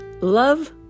Love